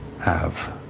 have